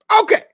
okay